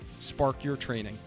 sparkyourtraining